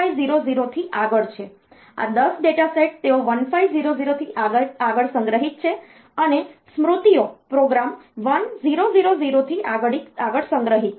આ 10 data set તેઓ 1500 થી આગળ સંગ્રહિત છે અને સ્મૃતિઓ પ્રોગ્રામ 1000 થી આગળ સંગ્રહિત છે